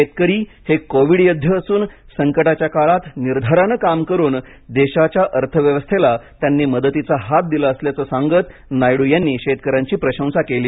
शेतकरी हे कोविड योद्धे असून संकटाच्या काळात निर्धाराने काम करून देशाच्या अर्थव्यवस्थेला त्यांनी मदतीचा हात दिला असल्याचं सांगत नायडू यांनी शेतकऱ्यांची प्रशंसा केली